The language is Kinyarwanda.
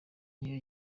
niyo